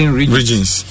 regions